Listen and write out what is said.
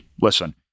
listen